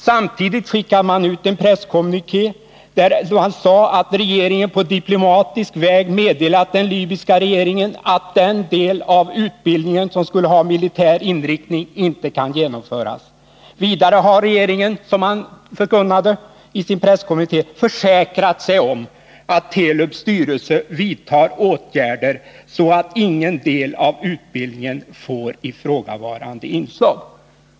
Samtidigt skickade man ut en presskommuniké där det sades att regeringen på diplomatisk väg meddelat den libyska regeringen att den del av utbildningen som skulle ha militär inriktning inte kan genomföras. Vidare har regeringen, förkunnade man i sin presskommuniké, försäkrat sig om att Telubs styrelse vidtar åtgärder så att ingen del av utbildningen får ifrågavarande inslag.